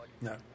No